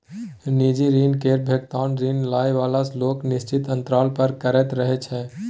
निजी ऋण केर भोगतान ऋण लए बला लोक निश्चित अंतराल पर करैत रहय छै